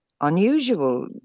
unusual